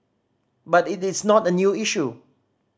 but it is not a new issue